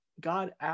God